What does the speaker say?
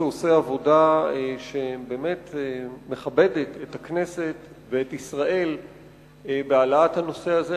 שעושה עבודה שבאמת מכבדת את הכנסת ואת ישראל בהעלאת הנושא הזה.